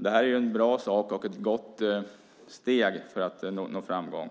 Detta är en bra sak och ett gott steg för att nå framgång.